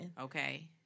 Okay